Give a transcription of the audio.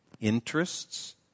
interests